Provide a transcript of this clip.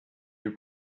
you